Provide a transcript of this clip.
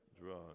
drug